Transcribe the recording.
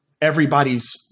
everybody's